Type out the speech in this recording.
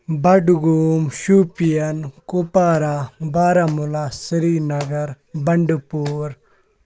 بَڈگوم شُپیَن کُپوارہ بارہمولہ سرینَگَر بَنٛڈٕ پوٗر